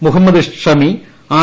Muhammad Shami R